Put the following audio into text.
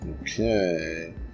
Okay